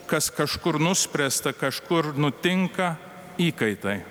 kas kažkur nuspręsta kažkur nutinka įkaitai